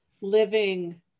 living